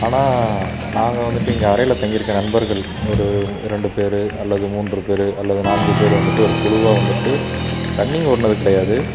ஆனால் நாங்கள் வந்துட்டு எங்கள் அறையில் தங்கி இருக்க நண்பர்கள் ஒரு இரண்டு பேர் அல்லது மூன்று பேர் அல்லது நான்கு பேர் வந்துட்டு ஒரு குழுவா வந்துட்டு ரன்னிங் ஓடுனது கிடையாது